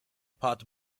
pot